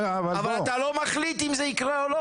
אבל אתה לא מחליט אם זה יקרה או לא.